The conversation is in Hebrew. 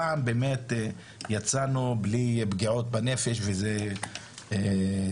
הפעם באמת יצאנו בלי פגיעות בנפש וזה בסדר,